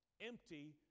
Empty